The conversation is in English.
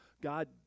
God